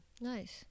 Nice